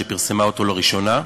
שפרסמה אותו לראשונה,